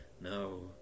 No